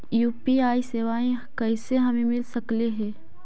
UPI सेवाएं कैसे हमें मिल सकले से?